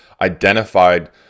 identified